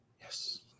yes